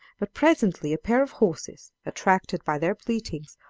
but presently a pair of horses, attracted by their bleatings,